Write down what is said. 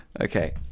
okay